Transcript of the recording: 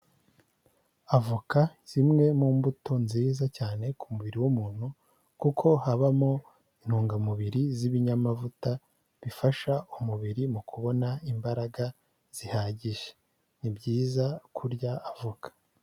Avoka zimwe mu mbuto nziza cyane ku mubiri w'umuntu kuko habamo intungamubiri z'ibinyamavuta, bifasha umubiri mu kubona imbaraga zihagije. Ni byiza kurya avoka.